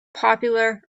popular